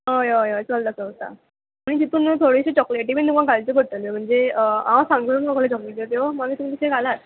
हय हय हय चलता चलता म्हणून तितून थोडेशे चॉकलेटी बीन तुमकां घालच्यो पडटल्यो म्हणजे हांव सांगता तुमकां कसल्यो चॉकलेटी त्यो मागीर तुमी तशें घालात